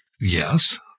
yes